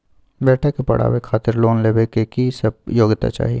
बेटा के पढाबै खातिर लोन लेबै के की सब योग्यता चाही?